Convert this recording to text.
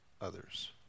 others